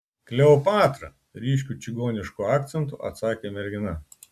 kleopatra ryškiu čigonišku akcentu atsakė mergina